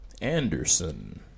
Anderson